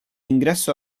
ingresso